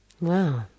Wow